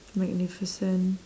magnificent